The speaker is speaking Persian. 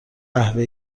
قهوه